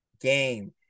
game